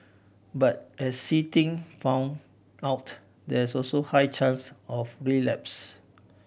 but as See Ting found out there is also a high chance of relapse